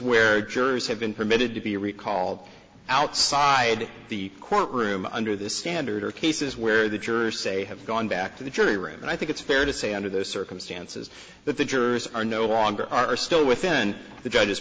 where jurors have been permitted to be recalled outside the courtroom under the standard are cases where the jurors say have gone back to the jury room and i think it's fair to say under those circumstances that the jurors are no longer are still within the judge